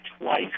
twice